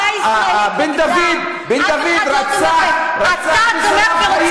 החברה הישראלית נגדם, אף אחד לא תומך בהם.